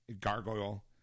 Gargoyle